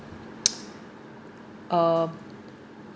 uh